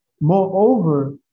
moreover